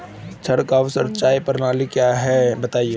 छिड़काव सिंचाई प्रणाली क्या है बताएँ?